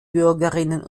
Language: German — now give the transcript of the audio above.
bürgerinnen